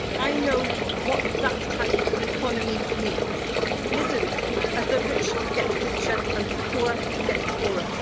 i know what that type of economy means misery as the rich get richer and the poor get poorer,